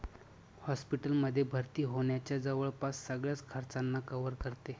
hospital मध्ये भर्ती होण्याच्या जवळपास सगळ्याच खर्चांना कव्हर करते